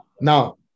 now